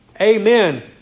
amen